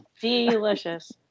delicious